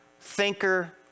thinker